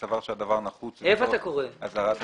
אם סבר שהדבר נחוץ לצורך אזהרת הציבור.